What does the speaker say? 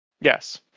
Yes